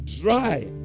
Dry